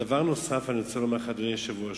דבר נוסף, אדוני היושב-ראש,